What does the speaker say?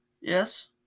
Yes